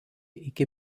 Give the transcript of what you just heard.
iki